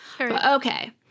Okay